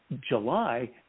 July